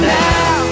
now